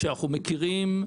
שאנחנו מכירים,